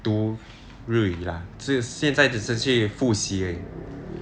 读日语 lah 只有现在只是去复习而已